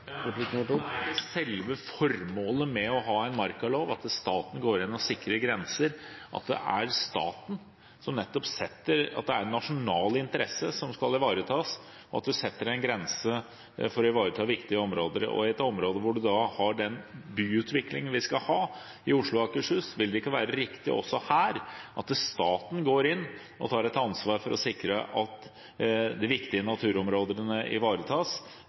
Ja, men er ikke selve formålet med å ha en markalov at staten går inn og sikrer grenser, at det er en nasjonal interesse som skal ivaretas, og at en setter en grense for å ivareta viktige områder? Og i et område hvor vi har den byutviklingen vi skal ha, i Oslo og Akershus, vil det ikke være riktig også her at staten går inn og tar et ansvar for å sikre at de viktige naturområdene ivaretas,